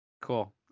Cool